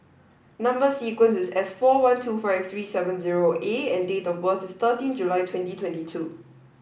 number sequence is S four one two five three seven zero A and date of birth is thirteen July twenty twenty two